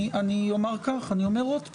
אני אומר כך, אני אומר עוד פעם.